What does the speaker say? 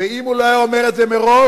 ואם הוא לא היה אומר את זה מראש,